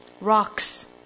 Rocks